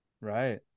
Right